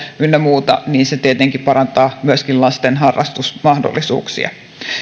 ynnä muuta se tietenkin parantaa myöskin lasten harrastusmahdollisuuksia